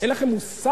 אין לכם מושג,